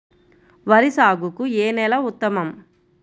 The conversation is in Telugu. వరి సాగుకు ఏ నేల ఉత్తమం?